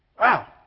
wow